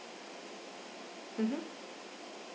mmhmm